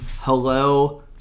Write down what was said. Hello